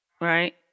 right